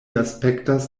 aspektas